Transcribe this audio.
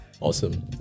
Awesome